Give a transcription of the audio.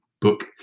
book